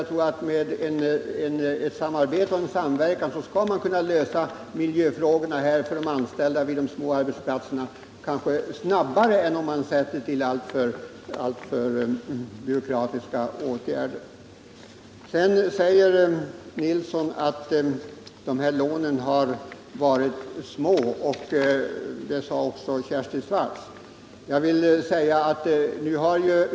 Genom samarbete och samverkan kan man ofta lösa miljöfrågorna för de anställda vid de små arbetsplatserna snabbare än om man använder alltför byråkratiska metoder. Både Kjell Nilsson och Kersti Swartz framhöll att lånen till arbetsmiljöförbättringar har varit små och dragit höga administrationskostnader.